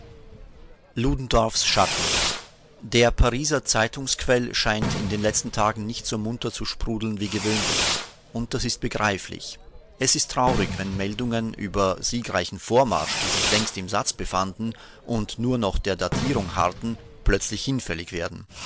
ludendorffs schatten der pariser zeitungsquell scheint in den letzten tagen nicht so munter zu sprudeln wie gewöhnlich und das ist begreiflich es ist traurig wenn meldungen über siegreichen vormarsch die sich längst im satz befanden und nur noch der datierung harrten plötzlich hinfällig werden